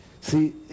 See